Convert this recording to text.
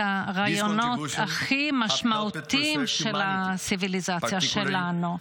את הרעיונות העמוקים ביותר של הציוויליזציה שלנו.